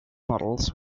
models